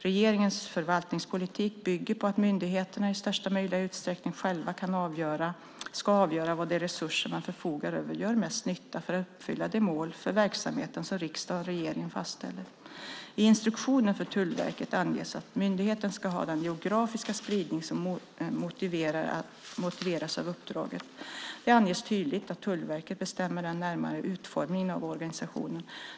Regeringens förvaltningspolitik bygger på att myndigheterna i största möjliga utsträckning själva ska avgöra var de resurser de förfogar över gör mest nytta för att uppfylla de mål för verksamheten som riksdagen och regeringen fastställer. I instruktionen för Tullverket anges att myndigheten ska ha den geografiska spridning som motiveras av uppdraget. Det anges tydligt att Tullverket bestämmer den närmare utformningen av organisationen.